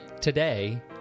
today